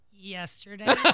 yesterday